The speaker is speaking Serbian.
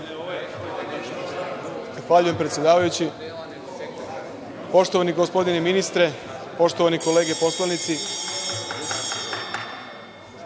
Zahvaljujem, predsedavajući. Poštovani gospodine ministre, poštovane kolege poslanici,